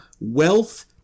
wealth